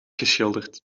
geschilderd